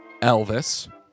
Elvis